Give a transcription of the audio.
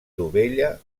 dovella